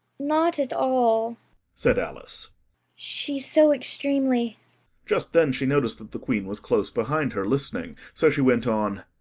not at all said alice she's so extremely just then she noticed that the queen was close behind her, listening so she went on,